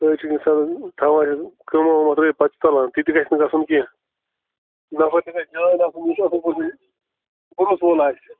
أڑۍ چھِ اِنسان تھاوان چھِ کٲمہ وٲمَہ ترٲیِتھ پَتہٕ چھِ ژَلان تہِ تہِ گژھِ نہٕ گَژھُن کیٚنٛہہ نَفر تہِ گژھِ جان آسُن یُس اَصٕل پٲٹھۍ بروسہٕ وول آسہِ